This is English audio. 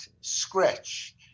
scratch